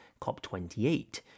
COP28